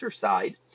side